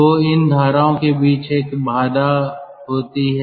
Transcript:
तोइन धाराओं के बीच एक बाधा होती है